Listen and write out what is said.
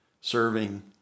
serving